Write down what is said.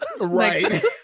Right